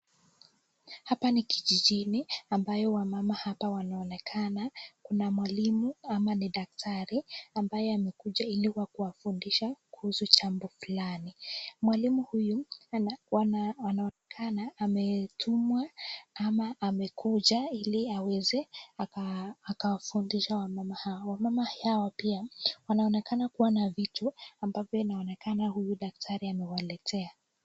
Hapa ni kijijini ambayo wamama hapa wanaonekana ,kuna mwalimu ama ni daktari ambaye amekuja ili kuwafundisha kuhusu jambo fulani , mwalimu huyu anaonekana ametumwa ama amekuja ili aweze akawafundisha wamama hawa ,wamama hawa pia wanaonekana kuwa na vitu ambavyo inaonekana huyu daktari amewaletea.